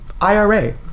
IRA